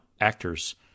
actors